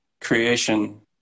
creation